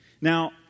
Now